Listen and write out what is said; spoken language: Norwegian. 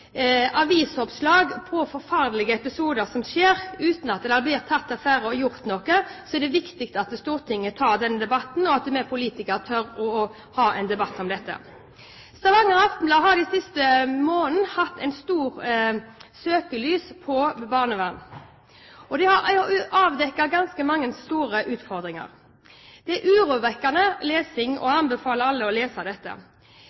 avisoppslag om forferdelige episoder som skjer uten at det blir tatt affære og gjort noe, er det viktig at Stortinget tar den debatten, og at vi politikere tør å ha en debatt om dette. Stavanger Aftenblad har den siste måneden satt søkelyset på barnevern, og de har avdekket ganske mange store utfordringer. Det er urovekkende lesning, og jeg anbefaler alle å lese dette.